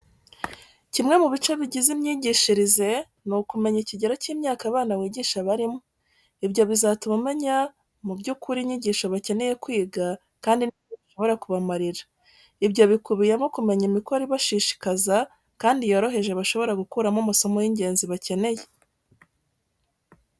Kimwe mu bice bigize imyigishirize, ni ukumenya ikigero cy'imyaka abana wigisha barimo. Ibyo bizatuma umenya mu by'ukuri inyigisho bakeneye kwiga kandi n'icyo zishobora kubamarira. Ibyo bikubiyemo kumenya imikoro ibashishikaza kandi yoroheje bashobora gukuramo amasomo y'ingenzi bakeneye.